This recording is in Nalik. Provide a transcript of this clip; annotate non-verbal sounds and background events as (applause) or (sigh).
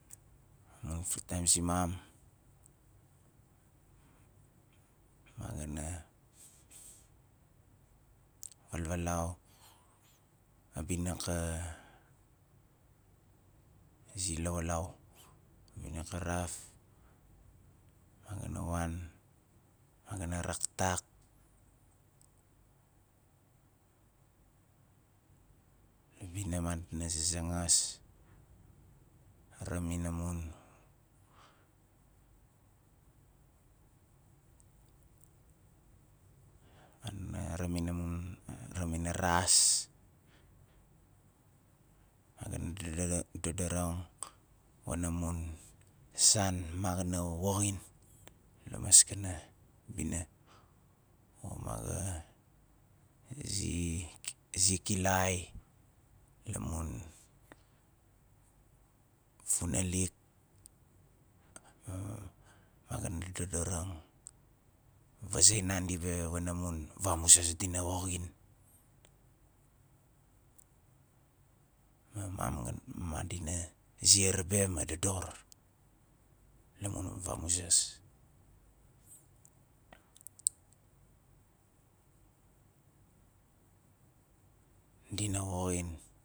Amun fri taim simam ma ga na valvalau a bina ka zi lawalau a bina ka raf ma ga na wan ma ga na raktak la bina madina zazangas ramin amun (hesitation) ramin a raas ma ga na da- da- dadarang wana mun san ma ga na woxin la maskana bina ma ga na zi- zikilai lamun funalik ma- ma ga na dodorang vazei nandi be wana mun vamuzas di na woxin ma mam ga na madina ziar be ma dodor la mun vamuzas dina woxin